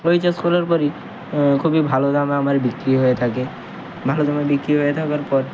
ওই চাষ করার পরই খুবই ভালো দামে আমার বিক্রি হয়ে থাকে ভালো দামে বিক্রি হয়ে থাকার পর